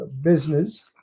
business